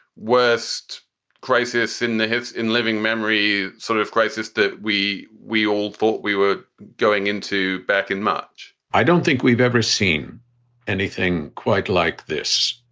worst crisis in the history in living memory sort of crisis that we we all thought we were going into? back in march? i don't think we've ever seen anything quite like this.